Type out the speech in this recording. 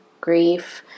grief